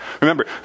Remember